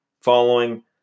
following